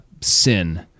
sin